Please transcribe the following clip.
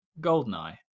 GoldenEye